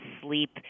sleep